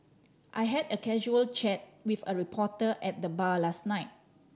I had a casual chat with a reporter at the bar last night